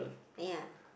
ya